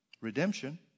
redemption